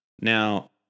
now